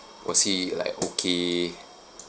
was he like okay